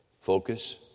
Focus